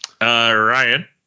Ryan